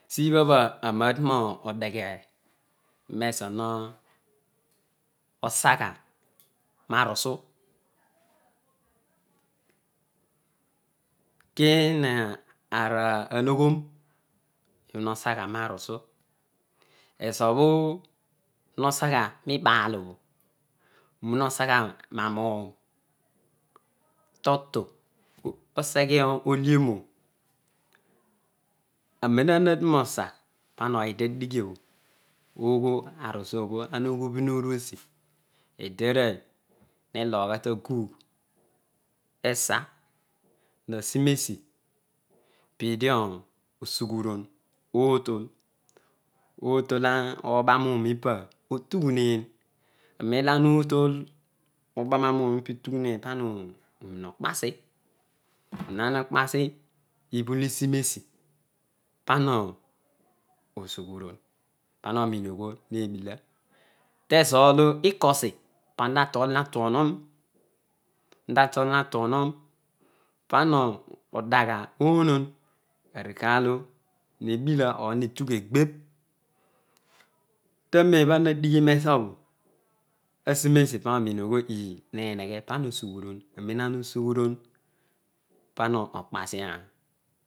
Sibha bho anni watu no da meze lo sa gha marusu kina ana loghon he sagha marusu ezo bho hosagha ma nuum totu oseghe ehano bho aneuolo anatu nosa pana oghi tadighiob ogho arusu obho obhio oruosi edearooy heloghugha tagugh esa nasinesi peed osughu roon otol otol ogba anuun ipabho otughu hen asoen olo ana utol ugbana nuum obho utughu uen pana onua kpasi nen ana ukpasi kibul isinesi pana oosughuroon pana onin oghol nebila kezolo ikosi pana tatolini atuonom oluta toluni atuouom pano odugha onon kalo nebila or ure dugh egbebh. tane nobho ana na dighi nezobho asinesi pana onini oghool iii neaeghe pana osughuron ibha na usughuron pana okpasi ah